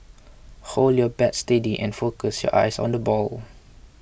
hold your bat steady and focus your eyes on the ball